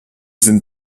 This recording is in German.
sind